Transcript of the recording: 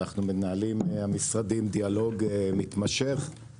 אנחנו מנהלים במשרדים דיאלוג מתמשך,